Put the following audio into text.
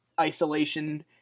isolation